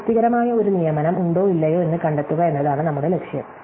തൃപ്തികരമായ ഒരു നിയമനം ഉണ്ടോ ഇല്ലയോ എന്ന് കണ്ടെത്തുക എന്നതാണ് നമ്മുടെ ലക്ഷ്യം